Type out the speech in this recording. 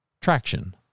Traction